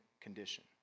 condition